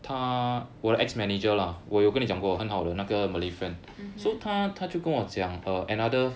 mmhmm